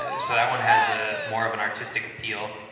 ah so, that one has ah more of an artistic appeal,